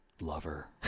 lover